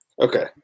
Okay